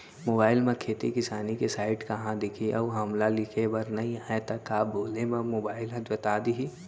Mobile म खेती किसानी के साइट कहाँ दिखही अऊ हमला लिखेबर नई आय त का बोले म मोबाइल ह बता दिही?